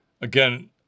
again